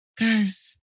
guys